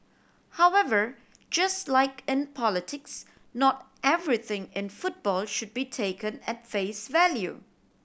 however just like in politics not everything in football should be taken at face value